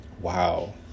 wow